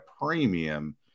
premium